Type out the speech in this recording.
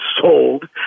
sold